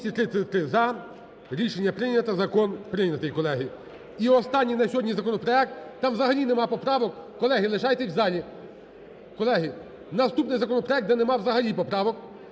За-233 Рішення прийняте. Закон прийнятий, колеги. І останній на сьогодні законопроект, там взагалі немає поправок. Колеги, лишайтесь в залі. Колеги, наступний законопроект, де немає взагалі поправок